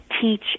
teach